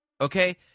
Okay